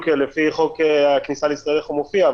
לפי חוק הכניסה לישראל איך הוא מופיע,